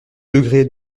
degré